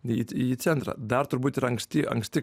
į į centrą dar turbūt yra anksti anksti